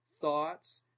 thoughts